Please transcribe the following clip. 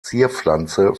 zierpflanze